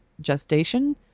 Gestation